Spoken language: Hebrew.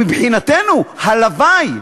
מבחינתנו, הלוואי